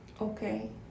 Okay